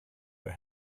her